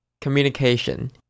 communication